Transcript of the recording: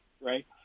Right